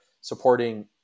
supporting